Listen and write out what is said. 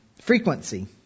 frequency